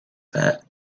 that